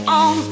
on